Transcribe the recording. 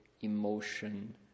emotion